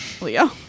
Leo